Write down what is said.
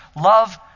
Love